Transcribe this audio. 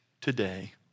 today